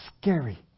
Scary